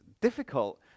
difficult